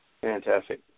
Fantastic